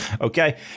Okay